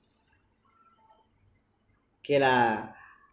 okay lah